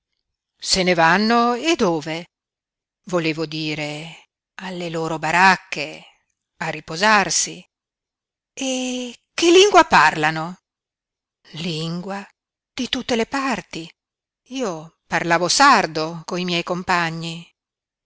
ne vanno se ne vanno e dove volevo dire alle loro baracche a riposarsi e che lingua parlano lingua di tutte le parti io parlavo sardo coi miei compagni